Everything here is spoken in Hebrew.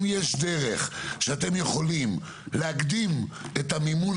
האם יש דרך שאתם יכולים להקדים את המימון